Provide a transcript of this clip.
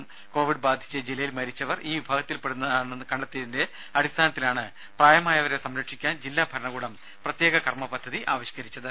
മരിച്ചവർ കോവിഡ് ബാധിച്ച് ജില്ലയിൽ ഈ വിഭാഗത്തിൽപ്പെടുന്നതാണെന്ന് കണ്ടെത്തിയതിന്റെ അടിസ്ഥാനത്തിലാണ് പ്രായമായവരെ സംരക്ഷിക്കാൻ ജില്ലാ ഭരണകൂടം പ്രത്യേക കർമ്മ പദ്ധതി ആവിഷ്കരിച്ചത്